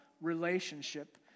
relationship